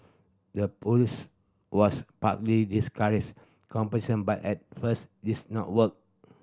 the policy was partly discourage competition but at first this not work